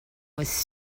was